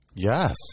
Yes